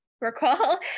recall